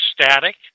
static